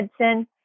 Edson